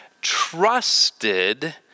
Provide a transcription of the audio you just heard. trusted